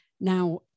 now